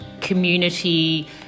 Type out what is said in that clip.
community